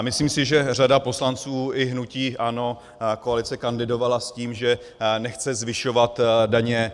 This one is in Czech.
Myslím si, že řada poslanců i hnutí ANO, koalice, kandidovala s tím, že nechce zvyšovat daně.